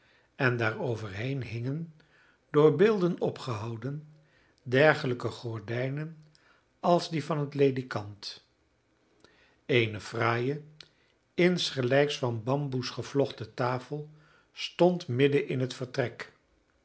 en daaroverheen hingen door beelden opgehouden dergelijke gordijnen als die van het ledikant eene fraaie insgelijks van bamboes gevlochten tafel stond midden in het vertrek